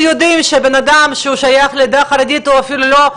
שבן אדם שהוא שייך לעדה החרדית הוא אפילו לא יתקרב.